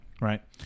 right